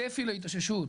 הצפי להתאוששות.